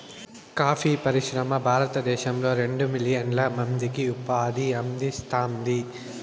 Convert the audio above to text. coffee పరిశ్రమ భారతదేశంలో రెండు మిలియన్ల మందికి ఉపాధిని అందిస్తాంది